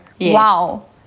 wow